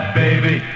baby